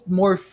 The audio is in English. more